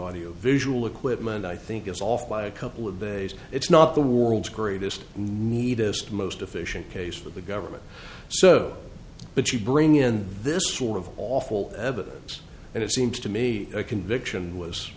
audiovisual equipment i think it's off by a couple of days it's not the world's greatest need of most efficient case for the government so but you bring in this sort of awful evidence and it seems to me a conviction was